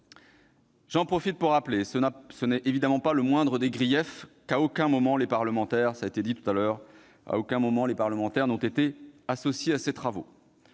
J'en profite pour rappeler, et ce n'est pas le moindre des griefs, qu'à aucun moment les parlementaires n'ont été associés à ces travaux.